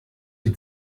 die